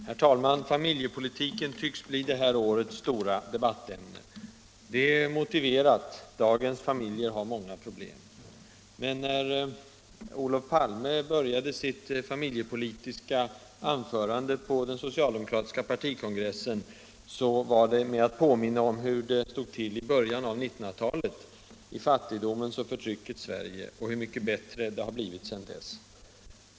Herr talman! Familjepolitiken tycks bli detta års stora debattämne, och det är motiverat — dagens familjer har många problem. Men Olof Palme började sitt familjepolitiska anförande på partikongressen med att påminna om hur det var i början av 1900-talet, i fattigdomens och förtryckets Sverige, och hur mycket bättre det har blivit sedan dess.